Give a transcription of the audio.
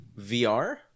VR